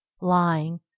lying